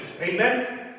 Amen